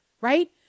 Right